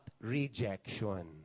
rejection